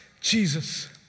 Jesus